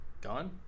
gone